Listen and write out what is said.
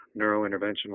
Neurointerventional